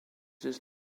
his